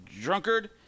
drunkard